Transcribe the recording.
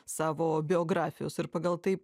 savo biografijos ir pagal tai